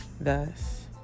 Thus